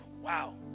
Wow